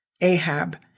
Ahab